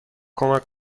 کمک